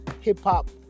hip-hop